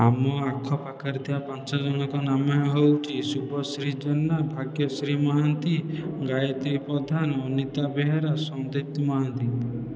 ଆମ ଆଖ ପାଖରେ ଥିବା ପାଞ୍ଚ ଜଣଙ୍କ ନାମ ହେଉଛି ଶୁଭଶ୍ରୀ ଜୁନା ଭାଗ୍ୟଶ୍ରୀ ମହାନ୍ତି ଗାୟତ୍ରୀ ପ୍ରଧାନ ଅନିତା ବେହେରା ସନ୍ଦିପ୍ତ ମହାନ୍ତି